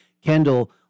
Kendall